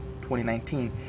2019